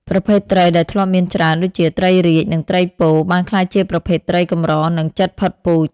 ប្រភេទត្រីដែលធ្លាប់មានច្រើន ដូចជាត្រីរាជ និងត្រីពោ បានក្លាយជាប្រភេទត្រីកម្រ ឬជិតផុតពូជ។